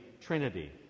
Trinity